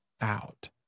out